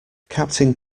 captain